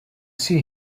see